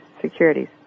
securities